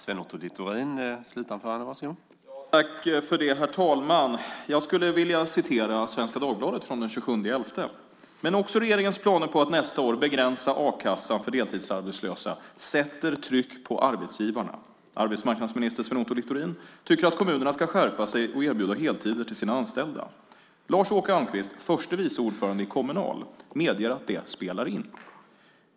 Herr talman! Jag skulle vilja citera Svenska Dagbladet från den 27 november: "Men också regeringens planer att nästa år begränsa a-kassan för deltidsarbetslösa sätter tryck på arbetsgivarna. Arbetsmarknadsminister Sven Otto Littorin tycker att kommunerna ska skärpa sig och erbjuda heltider åt sina anställda. Lars-Åke Almqvist, förste vice ordförande i Kommunal, medger att det spelar in.